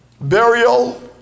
burial